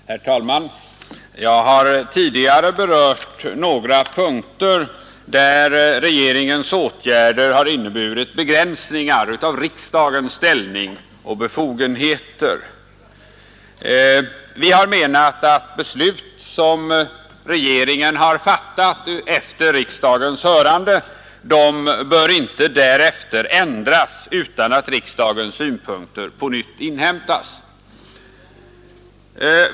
Herr talman! Jag har tidigare berört några punkter där regeringens åtgärder inneburit begränsningar av riksdagens ställning och befogenheter. Vi har menat att beslut som regeringen har fattat efter riksdagens hörande inte därefter bör ändras utan att riksdagens synpunkter på nytt inhämtats.